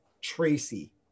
Tracy